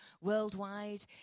worldwide